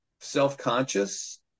self-conscious